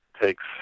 takes